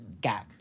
Gag